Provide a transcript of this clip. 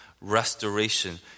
restoration